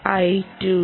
I 2 C